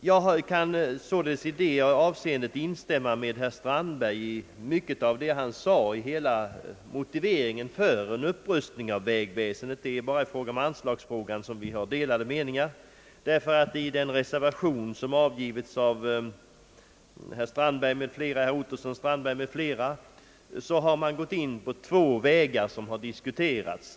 Jag kan således i detta avseende instämma med herr Strandberg i mycket av vad han sade i motiveringen för en upprustning av vägväsendet. Det är bara beträffande anslagsfrågan som vi har delade meningar. I den reservation som avgivits av herrar Ottosson, Strandberg m.fl. har man gått in på två vägar som har diskuterats.